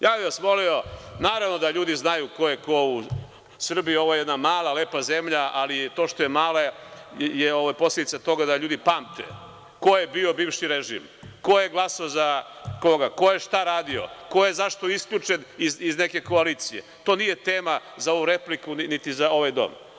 Ja bih vas molio, naravno da ljudi znaju ko je ko u Srbiji, ovo je jedna mala lepa zemlja, ali to što je mala je posledica toga da ljudi pamte ko je bio bivši režim, ko je glasao za koga, ko je šta radio, ko je zašto isključen iz neke koalicije, to nije tema za ovu repliku, niti za ovaj dom.